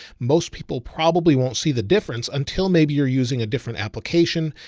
most people probably won't see the difference until maybe you're using a different application,